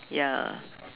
ya